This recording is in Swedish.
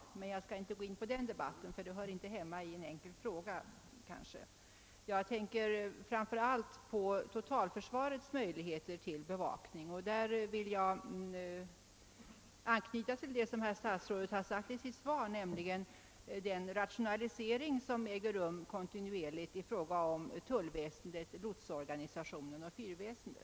Den saken skall jag dock inte här gå in på, eftersom den inte kan inrymmas i en debatt som rör svaret på en enkel fråga. Jag tänker framför allt på totalförsvarets möjligheter till bevakning, och där vill jag knyta an till vad statsrådet säger i sitt svar, nämligen att en kontinuerlig rationalisering äger rum beträffande tullväsendet, lotsorganisationen och fyrväsendet.